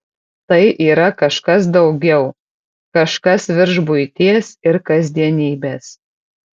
tai yra kažkas daugiau kažkas virš buities ir kasdienybės